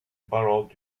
borrowed